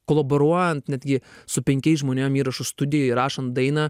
kolaboruojant netgi su penkiais žmonėm įrašų studijoj įrašant dainą